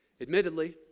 Admittedly